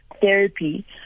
therapy